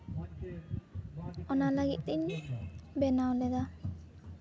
ᱚᱱᱟ ᱞᱟᱹᱜᱤᱫ ᱛᱤᱧ ᱵᱮᱱᱟᱣ ᱞᱮᱫᱟ